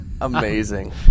amazing